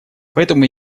поэтому